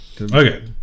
Okay